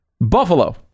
Buffalo